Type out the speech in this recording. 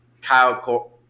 Kyle